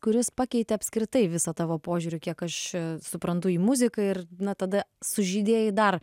kuris pakeitė apskritai visą tavo požiūriu kiek aš čia suprantu į muziką ir na tada sužydėjai dar